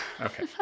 Okay